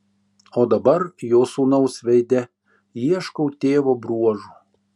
o dabar jo sūnaus veide ieškau tėvo bruožų